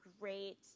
great